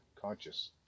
conscious